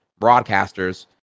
broadcasters